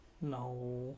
No